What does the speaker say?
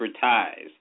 TIEs